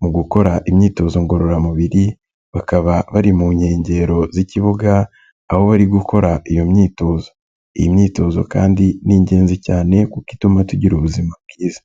mu gukora imyitozo ngororamubiri, bakaba bari mu nkengero z'ikibuga aho bari gukora iyo myitozo. Iyi myitozo kandi ni ingenzi cyane kuko ituma tugira ubuzima bwiza.